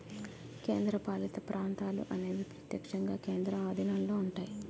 కేంద్రపాలిత ప్రాంతాలు అనేవి ప్రత్యక్షంగా కేంద్రం ఆధీనంలో ఉంటాయి